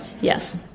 Yes